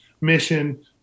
mission